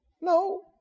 No